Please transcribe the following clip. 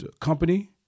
Company